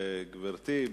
גברתי,